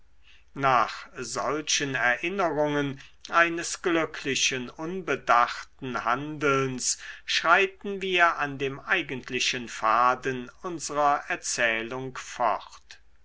nach solchen erinnerungen eines glücklichen unbedachten handelns schreiten wir an dem eigentlichen faden unsrer erzählung fort